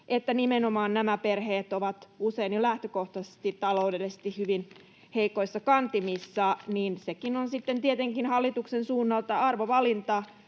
nämä perheet ovat usein jo lähtökohtaisesti taloudellisesti hyvin heikoissa kantimissa, niin sekin on sitten tietenkin hallituksen suunnalta arvovalinta